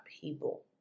people